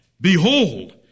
Behold